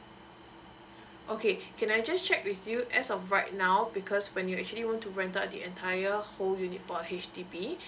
okay can I just check with you as of right now because when you actually want to rent out the entire home unit for H_D_B